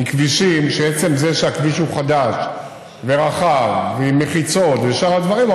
עם כבישים שמעצם זה שהכביש הוא חדש ורחב ועם מחיצות ושאר הדברים,